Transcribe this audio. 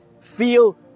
feel